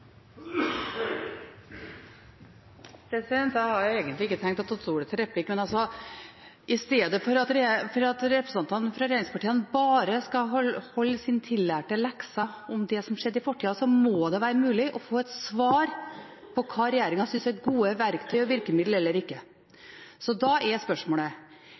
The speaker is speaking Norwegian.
Jeg hadde egentlig ikke tenkt å ta ordet til replikk, men altså: I stedet for at representantene fra regjeringspartiene bare skal holde sin tillærte lekse om det som skjedde i fortida, må det være mulig å få et svar på hva regjeringen synes er gode verktøy og virkemidler – eller ikke. Da er spørsmålet: